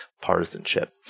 partisanship